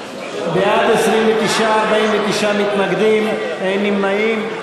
בעד, 49 מתנגדים, אין נמנעים.